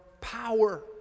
power